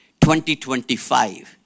2025